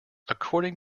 according